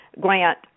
Grant